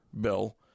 bill